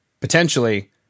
potentially